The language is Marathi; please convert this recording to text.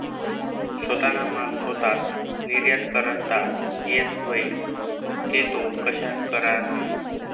सोताना माल सोताच निर्यात करता येस व्हई ते तो कशा कराना?